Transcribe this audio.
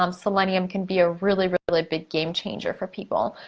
um selenium can be a really, really, big game changer for people.